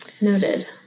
Noted